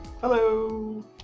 hello